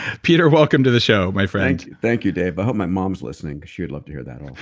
peter, welcome to the show, my friend thank you, dave. i hope my mom's listening. because she would love to hear that all